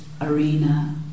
arena